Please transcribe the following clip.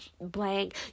blank